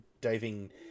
diving